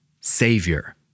Savior